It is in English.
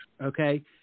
okay